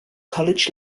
college